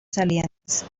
salientes